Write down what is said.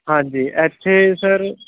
ਹਾਂਜੀ ਇੱਥੇ ਸਰ